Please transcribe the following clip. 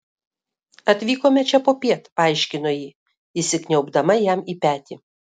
atvykome čia popiet paaiškino ji įsikniaubdama jam į petį